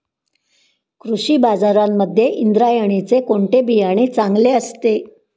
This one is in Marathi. कृषी बाजारांमध्ये इंद्रायणीचे कोणते बियाणे चांगले असते?